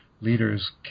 leaders